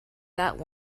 that